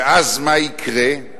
ואז מה יקרה?